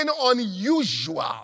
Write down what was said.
unusual